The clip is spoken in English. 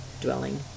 dwelling